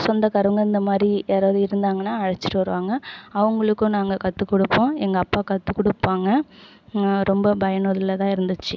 சொந்தக்காரவங்க இந்தமாதிரி யாரவது இருந்தாங்கன்னா அழைச்ட்டு வருவாங்க அவங்களுக்கும் நாங்கள் கற்று கொடுப்போம் எங்கள் அப்பா கற்று கொடுப்பாங்க ரொம்ப பயனுள்ளதாக இருந்துச்சு